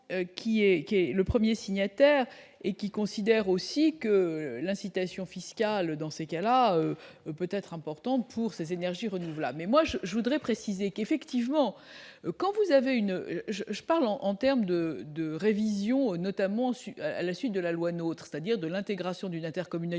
qui est le 1er signataire et qui considère aussi que l'incitation fiscale dans ces cas-là, peut-être important pour ces énergies renouvelables, mais moi je, je voudrais préciser qu'effectivement, quand vous avez une je je parle en terme de de révision notamment sud à la suite de la loi nôtre, c'est-à-dire de l'intégration d'une intercommunalité